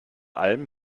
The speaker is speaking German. alm